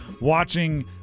watching